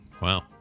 Wow